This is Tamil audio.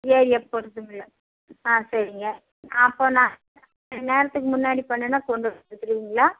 ஏ எப்போ ஆ சரிங்க அப்போ நான் நேரத்துக்கு முன்னாடி பண்ணுனா கொண்டு வந்து கொடுத்துடுவீங்ளா